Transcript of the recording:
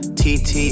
tt